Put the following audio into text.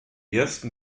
ersten